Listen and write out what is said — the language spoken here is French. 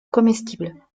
comestible